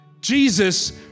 Jesus